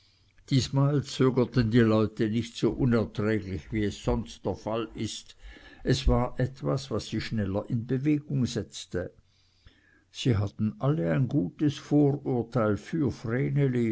diesmal zögerten die leute nicht so unerträglich wie es sonst der fall ist es war etwas welches sie schneller in bewegung setzte sie hatten alle ein gutes vorurteil für